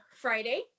friday